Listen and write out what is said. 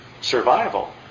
survival